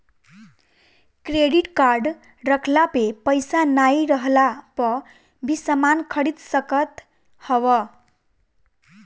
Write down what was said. credit card रखला पे पईसा नाइ रहला पअ भी समान खरीद सकत हवअ